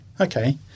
Okay